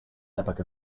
epoch